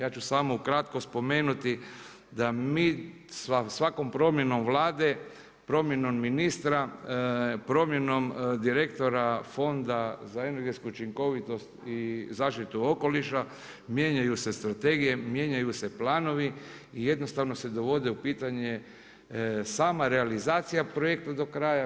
Ja ću samo ukratko spomenuti da mi svakom promjenom Vlade, promjenom ministra, promjenom direktora Fonda za energetsku učinkovitost i zaštitu okoliša mijenjaju se strategije, mijenjaju se planovi i jednostavno se dovode u pitanje sama realizacija projekta do kraja.